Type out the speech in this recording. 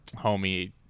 homie